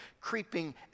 creeping